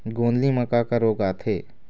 गोंदली म का का रोग आथे?